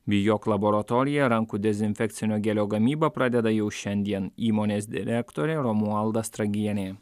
bijok laboratorija rankų dezinfekcinio gelio gamybą pradeda jau šiandien įmonės direktorė romualda stragienė